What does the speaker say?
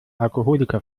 alkoholiker